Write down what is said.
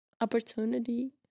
opportunity